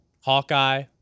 Hawkeye